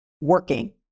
working